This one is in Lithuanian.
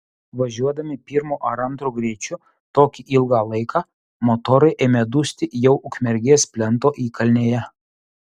važiuodami pirmu ar antru greičiu tokį ilgą laiką motorai ėmė dusti jau ukmergės plento įkalnėje